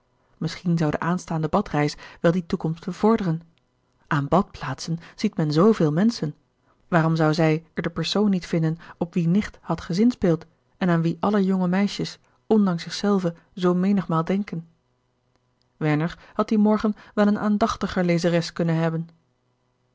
misschien zou de aanstaande badreis wel die toekomst bevorderen aan badplaatsen ziet men zooveel menschen waarom zou zij er den persoon niet vinden op wien nicht had gezinspeeld en aan wien alle jonge meisjes ondanks zich zelven zoo menigmaal denken werner had dien morgen wel eene aandachtiger lezeres kunnen hebben